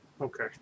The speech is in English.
Okay